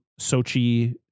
Sochi